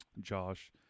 Josh